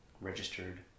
registered